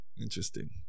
Interesting